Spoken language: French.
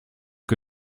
que